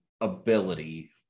ability